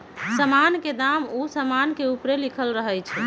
समान के दाम उ समान के ऊपरे लिखल रहइ छै